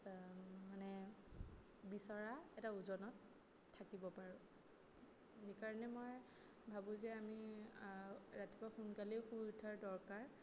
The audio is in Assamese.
মানে বিচৰা এটা ওজনত থাকিব পাৰোঁ সেইকাৰণে মই ভাবোঁ যে আমি ৰাতিপুৱা সোনকালে শুই উঠাৰ দৰকাৰ